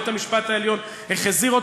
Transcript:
בית-המשפט העליון החזיר אותה.